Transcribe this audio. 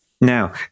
Now